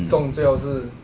种最好是